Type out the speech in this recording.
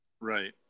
Right